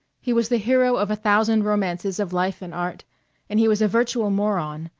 he was the hero of a thousand romances of life and art and he was a virtual moron,